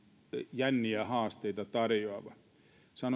jänniä haasteita tarjoava sanon